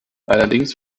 allerdings